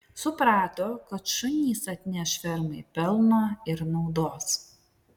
suprato kad šunys atneš fermai pelno ir naudos